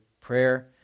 prayer